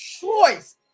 choice